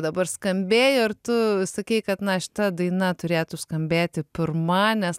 dabar skambėjo ir tu sakei kad na šita daina turėtų skambėti pirma nes